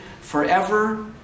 forever